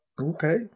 Okay